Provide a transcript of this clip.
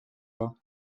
cela